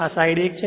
આ સાઈડ 1 છે